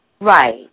Right